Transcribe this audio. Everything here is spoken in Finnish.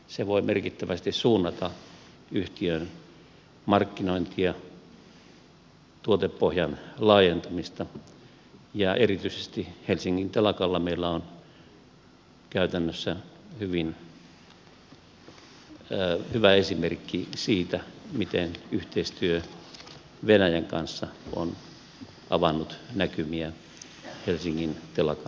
se voi merkittävästi suunnata yhtiön markkinointia tuotepohjan laajentamista ja erityisesti helsingin telakalla meillä on käytännössä hyvä esimerkki siitä miten yhteistyö venäjän kanssa on avannut näkymiä helsingin telakan toiminnassa